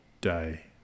day